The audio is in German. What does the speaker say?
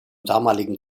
damaligen